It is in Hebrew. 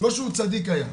לא שהוא צדיק היה.